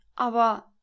aber